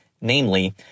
namely